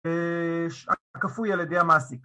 שכפוי על ידי המעסיק.